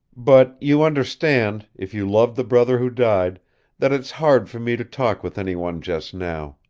but you understand if you loved the brother who died that it's hard for me to talk with anyone just now.